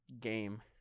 game